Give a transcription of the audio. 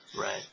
Right